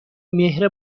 مهر